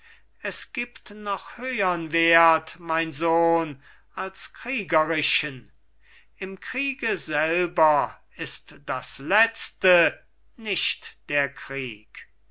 es gibt noch höhern wert mein sohn als kriegerischen im kriege selber ist das letzte nicht der krieg